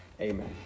Amen